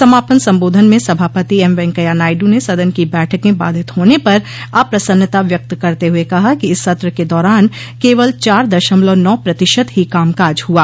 समापन संबोधन में सभापति एम वैंकेया नायडु ने सदन की बैठकें बाधित होने पर अप्रसन्नता व्यक्त करते हुए कहा कि इस सत्र के दौरान केवल चार दशमलव ना प्रतिशत ही कामकाज हुआ